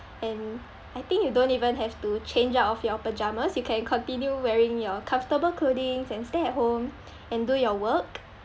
and I think you don't even have to change out of your pyjamas you can continue wearing your comfortable clothings and stay at home and do your work